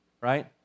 right